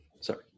sorry